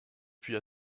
puis